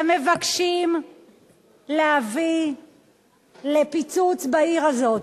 שמבקשים להביא לפיצוץ בעיר הזאת.